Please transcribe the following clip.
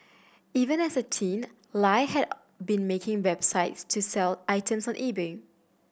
even as a teen Lie had been making websites to sell items on eBay